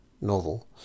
novel